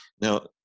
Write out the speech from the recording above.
Now